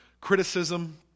criticism